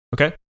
okay